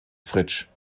fritsch